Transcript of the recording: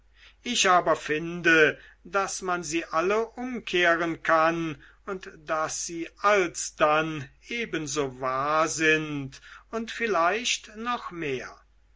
ich aber finde daß man sie alle umkehren kann und daß sie alsdann ebenso wahr sind und vielleicht noch mehr